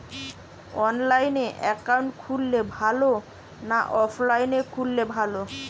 অনলাইনে একাউন্ট খুললে ভালো না অফলাইনে খুললে ভালো?